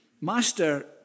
Master